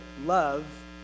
love